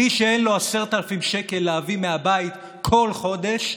מי שאין לו 10,000 שקל להביא מהבית כל חודש,